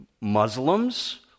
Muslims